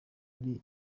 ari